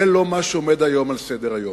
זה לא מה שעומד היום על סדר-היום.